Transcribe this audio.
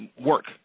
work